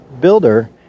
builder